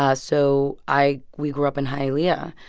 ah so i we grew up in hialeah,